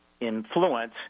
influence